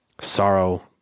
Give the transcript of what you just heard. Sorrow